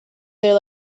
there